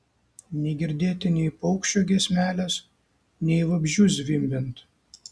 negirdėti nei paukščio giesmelės nei vabzdžių zvimbiant